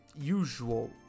usual